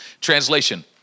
Translation